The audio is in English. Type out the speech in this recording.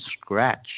scratch